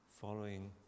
following